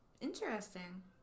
Interesting